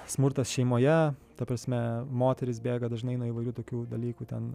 smurtas šeimoje ta prasme moterys bėga dažnai nuo įvairių tokių dalykų ten